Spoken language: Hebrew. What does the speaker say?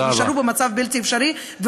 שנשארו במצב בלתי אפשרי,